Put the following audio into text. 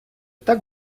так